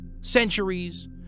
centuries